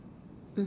mmhmm